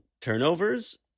turnovers